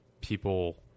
people